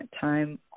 time